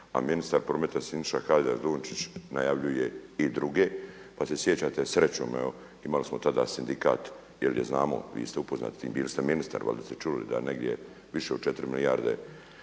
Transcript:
a ministar prometa Siniša Hajdaš Dončić najavljuje i druge, pa se sjećate srećom evo imali smo tada sindikat, jer je znamo vi ste upoznati s tim, bili ste ministar, valjda ste čuli da negdje više od 4 milijarde